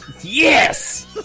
Yes